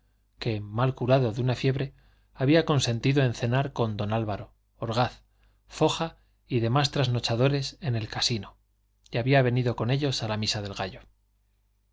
que mal curado de una fiebre había consentido en cenar con don álvaro orgaz foja y demás trasnochadores en el casino y había venido con ellos a la misa del gallo